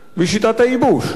בשיטת הייבוש.